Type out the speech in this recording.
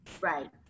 Right